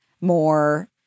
more